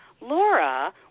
Laura